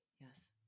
yes